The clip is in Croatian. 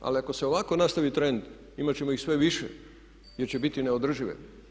Ali ako se ovako nastavi trend imat ćemo ih sve više jer će biti neodržive.